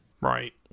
Right